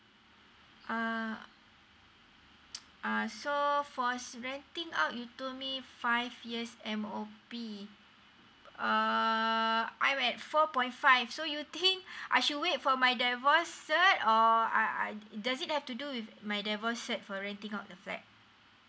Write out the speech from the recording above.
uh uh so uh for renting out you told me five years M_O_P um so I'm at four point five so you think I should wait for my divorce cert or I I does it have to do with my divorce cert for renting out the flat